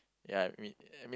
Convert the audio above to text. ya I mean